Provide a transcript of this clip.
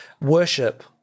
worship